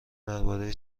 درباره